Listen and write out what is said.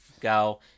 go